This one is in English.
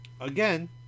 Again